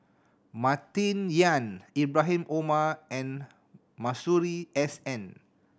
Martin Yan Ibrahim Omar and Masuri S N